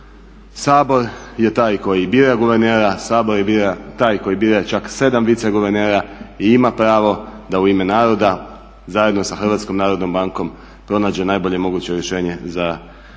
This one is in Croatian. Sabor je taj koji bira guvernera, Sabor je bio taj koji bira čak 7 viceguvernera i ima pravo da u ime naroda zajedno sa HNB-om pronađe najbolje moguće rješenje za njen